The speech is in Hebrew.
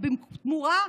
בתמורה,